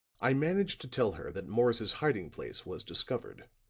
i managed to tell her that morris's hiding place was discovered.